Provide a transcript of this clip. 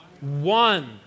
one